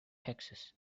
texas